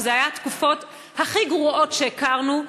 ואלה היו התקופות הכי גרועות שהכרנו.